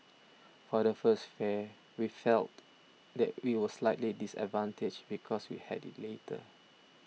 for the first fair we felt that we were slightly disadvantaged because we had it later